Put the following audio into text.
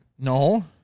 No